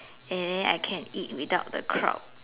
and then I can eat without the crowd